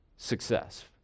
Success